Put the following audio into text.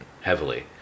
heavily